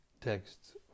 Texts